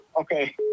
okay